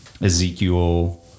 ezekiel